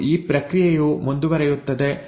ಮತ್ತು ಈ ಪ್ರಕ್ರಿಯೆಯು ಮುಂದುವರಿಯುತ್ತದೆ